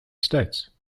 states